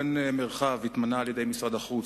1. אכן מר ראובן מרחב התמנה על-ידי משרד החוץ